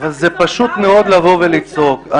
זה פשוט מאוד לבוא ולצעוק,